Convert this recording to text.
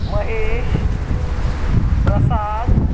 Mahesh Prasad